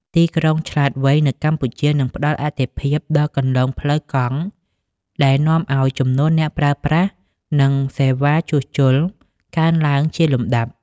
ទីក្រុងឆ្លាតវៃ នៅកម្ពុជានឹងផ្តល់អាទិភាពដល់គន្លងផ្លូវកង់ ដែលនាំឱ្យចំនួនអ្នកប្រើប្រាស់ និងសេវាជួសជុលកើនឡើងជាលំដាប់។